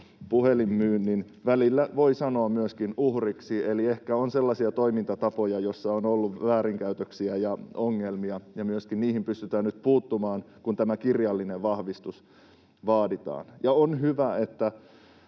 myöskin joutuvat välillä, voi sanoa, puhelinmyynnin uhriksi, eli ehkä on sellaisia toimintatapoja, joissa on ollut väärinkäytöksiä ja ongelmia. Myöskin niihin pystytään nyt puuttumaan, kun tämä kirjallinen vahvistus vaaditaan. On hyvä, että